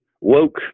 woke